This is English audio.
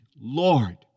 Lord